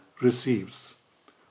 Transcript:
receives